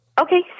Okay